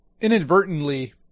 inadvertently